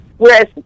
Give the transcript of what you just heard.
Whereas